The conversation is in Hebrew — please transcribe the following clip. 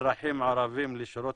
אזרחים ערבים לשירות